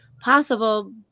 possible